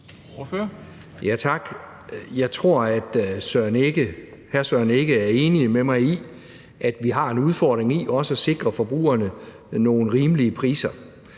Tak. Jeg tror, at hr. Søren Egge Rasmussen er enig med mig i, at vi har en udfordring i også at sikre forbrugerne nogle rimelige priser.